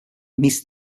miss